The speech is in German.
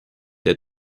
der